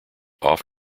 off